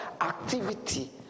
activity